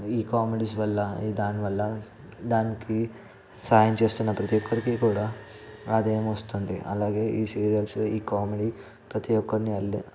ఈ కామెడీస్ వల్ల ఈ దానివల్ల దానికి సాయం చేస్తున్న ప్రతీ ఒక్కరికి కూడా ఆదాయం వస్తుంది అలాగే ఈ సీరియల్స్ ఈ కామెడీ ప్రతీ ఒక్కరిని అల్లి